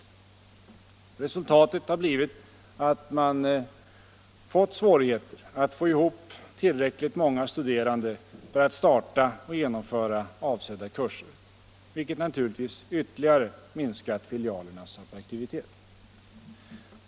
Resultatet har blivit att man fått svårigheter att få ihop tillräckligt många studerande för att starta och genomföra avsedda kurser, vilket naturligtvis ytterligare minskar filialernas attraktivitet.